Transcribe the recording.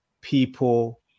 people